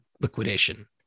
liquidation